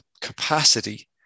capacity